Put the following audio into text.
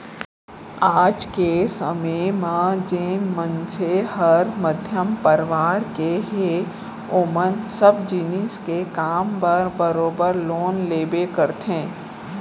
आज के समे म जेन मनसे हर मध्यम परवार के हे ओमन सब जिनिस के काम बर बरोबर लोन लेबे करथे